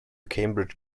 cambridge